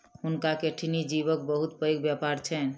हुनका कठिनी जीवक बहुत पैघ व्यापार छैन